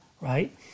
Right